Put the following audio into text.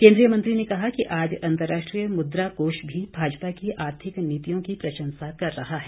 केंद्रीय मंत्री ने कहा कि आज अंतर्राष्ट्रीय मुद्रा कोष भी भाजपा की आर्थिक नीतियों की प्रशंसा कर रहा है